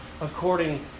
according